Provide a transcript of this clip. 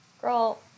girl